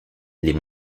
les